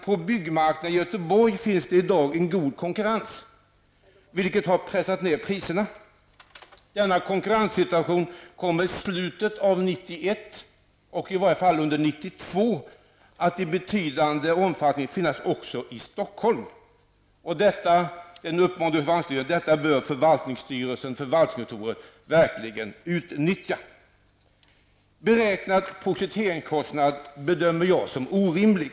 På byggmarknaden i Göteborg finns det i dag en god konkurrens, vilket har pressat ned priserna. Denna konkurrenssituation kommer i slutet av 1991 och i varje fall under 1992 att i betydande omfattning finnas också i Stockholm. Detta bör förvaltningsstyrelsen och förvaltningskontoret verkligen utnyttja. Beräknad projekteringskostnad bedömer jag också som orimlig.